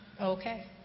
okay